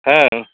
ହଁ